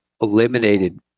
eliminated